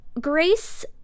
Grace